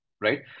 right